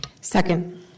Second